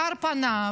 השר פנה,